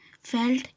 felt